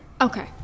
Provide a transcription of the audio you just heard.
Okay